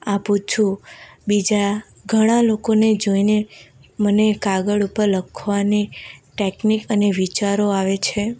આપું છું બીજા ઘણા લોકોને જોઈને મને કાગળ ઉપર લખવાની ટેક્નિક અને વિચારો આવે છે